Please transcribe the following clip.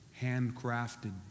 handcrafted